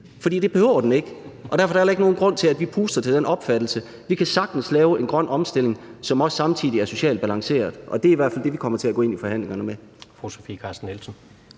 For det behøver den ikke at blive, og derfor er der heller ikke nogen grund til, at vi puster til den opfattelse. Vi kan sagtens lave en grøn omstilling, som også samtidig er socialt balanceret. Og det er i hvert fald det, vi kommer til at gå ind i forhandlingerne om.